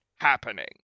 happening